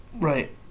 Right